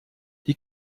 die